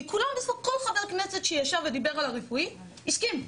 כי כל חבר כנסת שישב ודיבר על הרפואי הסכים.